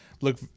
look